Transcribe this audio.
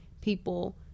people